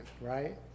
right